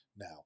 now